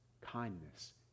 kindness